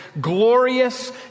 glorious